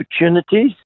opportunities